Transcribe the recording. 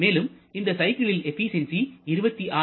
மேலும் இந்த சைக்கிளின் எபிசியன்சி 26